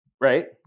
right